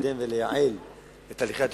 לקדם ולייעל את הליכי התכנון,